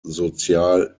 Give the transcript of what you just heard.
sozial